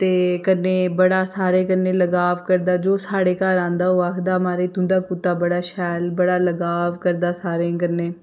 ते कन्नै बड़ा सारे कन्नै लगाव करदा जो साढ़े घर आंदा ओह् आखदा महाराज तुं'दा कुत्ता बड़ा शैल बड़ा लगाव करदा सारें कन्नै